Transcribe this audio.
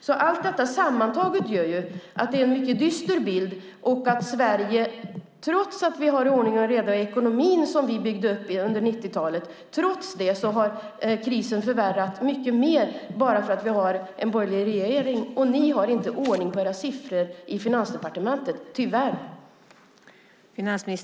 Allt detta sammantaget gör att det är en mycket dyster bild. Trots att vi har ordning och reda i ekonomin, som vi byggde upp under 90-talet, har krisen förvärrats mycket mer genom att vi har en borgerlig regering. Ni har tyvärr inte ordning på era siffror i Finansdepartementet.